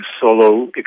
solo